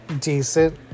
decent